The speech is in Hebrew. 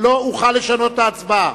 לא אוכל לשנות את ההצבעה.